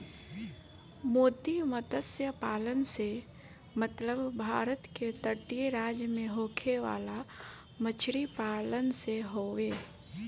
मोती मतस्य पालन से मतलब भारत के तटीय राज्य में होखे वाला मछरी पालन से हवे